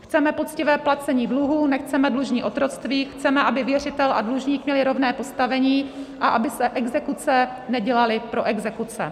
Chceme poctivé placení dluhů, nechceme dlužní otroctví, chceme, aby věřitel a dlužník měli rovné postavení a aby se exekuce nedělaly pro exekuce.